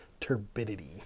Turbidity